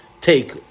take